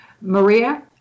Maria